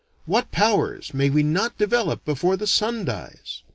what powers may we not develop before the sun dies!